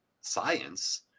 science